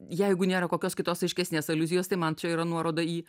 jeigu nėra kokios kitos aiškesnės aliuzijos tai man čia yra nuoroda į